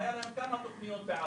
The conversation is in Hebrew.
היו כמה תוכניות בעבר,